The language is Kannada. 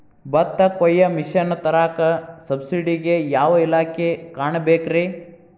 ಭತ್ತ ಕೊಯ್ಯ ಮಿಷನ್ ತರಾಕ ಸಬ್ಸಿಡಿಗೆ ಯಾವ ಇಲಾಖೆ ಕಾಣಬೇಕ್ರೇ?